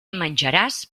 menjaràs